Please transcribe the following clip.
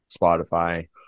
Spotify